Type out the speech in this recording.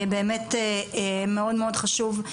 מאוד חשוב,